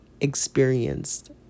experienced